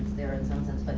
there in some sense,